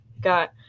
got